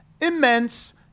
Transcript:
immense